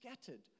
scattered